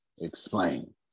Explain